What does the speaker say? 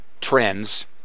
trends